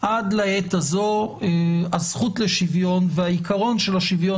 עד לעת הזו הזכות לשוויון והעיקרון של השוויון